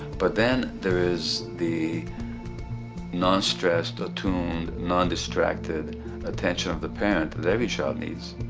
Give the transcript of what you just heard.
but then there is the non-stressed, attuned, non-distracted attention of the parent that every child needs.